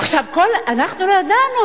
עכשיו, אנחנו לא ידענו.